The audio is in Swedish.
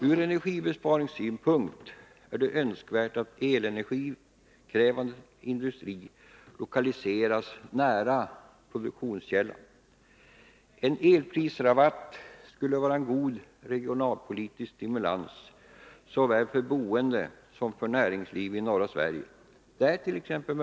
Från energibesparingssynpunkt är det önskvärt att elenergikrävande industri lokaliseras nära produktionskällan. En elprisrabatt skulle vara en god regionalpolitisk stimulans såväl för boende som för näringsliv i norra Sverige. Det ärt.ex.